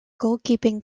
goalkeeping